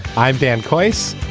i'm dan course.